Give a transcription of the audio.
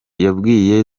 yabwiye